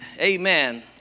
Amen